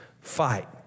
fight